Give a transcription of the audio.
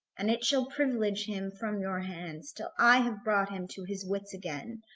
and it shall privilege him from your hands till i have brought him to his wits again,